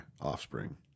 Offspring